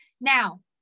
Now